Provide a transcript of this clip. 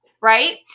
right